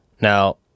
Now